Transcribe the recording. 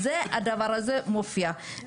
זה הדבר הזה מופיע.